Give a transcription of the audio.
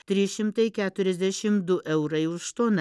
trys šimtai keturiasdešimt du eurai už toną